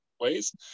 ways